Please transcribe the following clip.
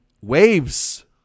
Waves